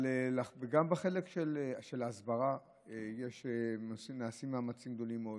אבל גם בחלק של ההסברה נעשים מאמצים גדולים מאוד,